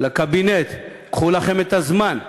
לקבינט: קחו לכם את הזמן,